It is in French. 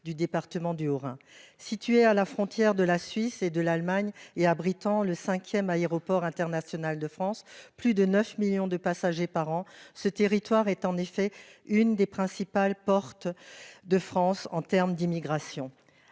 du département du Haut-Rhin, située à la frontière de la Suisse et de l'Allemagne et abritant le 5ème aéroport international de France plus de 9 millions de passagers par an. Ce territoire est en effet une des principales portes. De France en terme d'immigration.